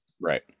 right